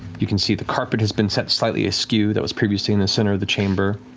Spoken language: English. you can see the carpet has been set slightly askew that was previously in the center of the chamber,